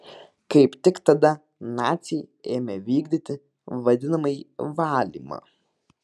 kaip tik tada naciai ėmė vykdyti vadinamąjį valymą